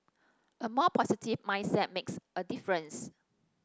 a more positive mindset makes a difference